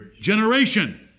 generation